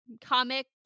comic